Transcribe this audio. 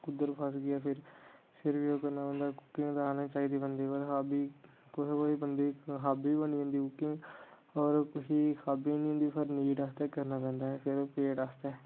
कुद्धर फस गेआ फेर फेर बी ओह् करना पौंदा कुकिंग ते आनी चाहिदी बन्दे गी पर हाबी कुसै कुसै बन्दे दी हाबी बी बनी जन्दी कुकिंग होर कुसै दी हाबी नी हुं'दी पर नीड आस्तै करना पौंदा ऐ सिर्फ पेट आस्तै